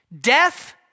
death